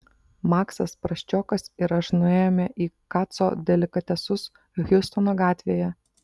maksas prasčiokas ir aš nuėjome į kaco delikatesus hjustono gatvėje